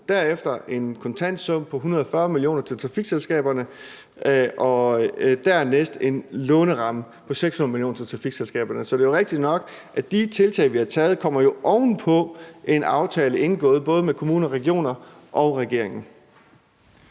vi med en kontantsum på 140 mio. kr. til trafikselskaberne, og dernæst var der en låneramme på 600 mio. kr. til trafikselskaberne. Så det er jo rigtigt nok, at de tiltag, vi har taget, kommer oven på en aftale indgået både med kommuner og regioner og regeringen.